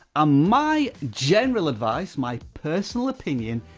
ah my general advice, my personal opinion,